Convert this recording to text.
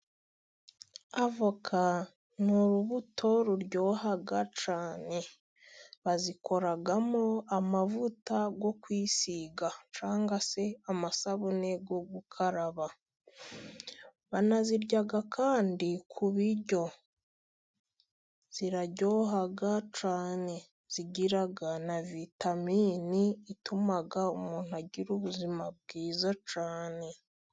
Avoka ni urubuto ruryoha cyane. Bazikoramo amavuta yo kuwisiga cyangwa se amasabune yo gukaraba. Banazirya kandi ku biryo ziraryoha cyane zigira na vitaminini ituma umuntu agira ubuzima bwiza cyane.